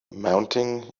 mounting